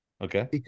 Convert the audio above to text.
Okay